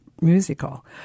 musical